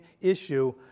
issue